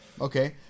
Okay